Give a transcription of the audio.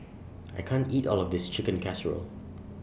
I can't eat All of This Chicken Casserole